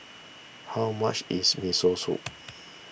how much is Miso Soup